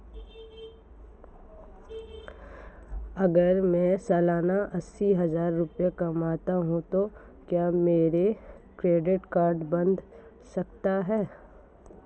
अगर मैं सालाना अस्सी हज़ार रुपये कमाता हूं तो क्या मेरा क्रेडिट कार्ड बन सकता है?